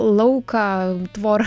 lauką tvorą